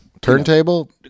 Turntable